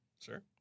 Sure